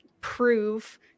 prove